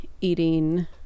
eating